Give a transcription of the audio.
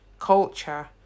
culture